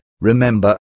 Remember